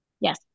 Yes